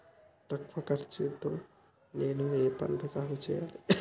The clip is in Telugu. తక్కువ ఖర్చు తో నేను ఏ ఏ పంటలు సాగుచేయాలి?